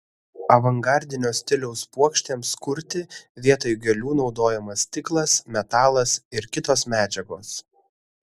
avangardinio stiliaus puokštėms kurti vietoj gėlių naudojamas stiklas metalas ir kitos medžiagos